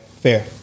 Fair